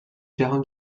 جهان